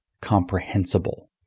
comprehensible